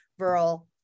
Viral